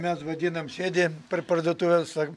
mes vadinam sėdi prie parduotuvės